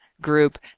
group